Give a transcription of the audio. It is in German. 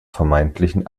vermeintlichen